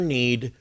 need